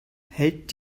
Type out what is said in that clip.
hält